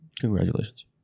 Congratulations